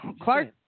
Clark